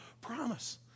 promise